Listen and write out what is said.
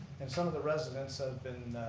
and some of the residents have been,